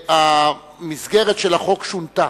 והמסגרת של החוק שונתה,